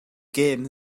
gêm